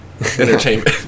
entertainment